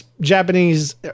Japanese